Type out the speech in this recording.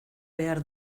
behar